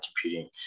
computing